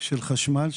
של חשמל,